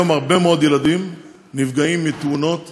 היום הרבה מאוד ילדים נפגעים בתאונות